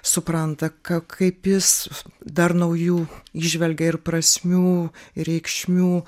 supranta ką kaip jis dar naujų įžvelgia ir prasmių ir reikšmių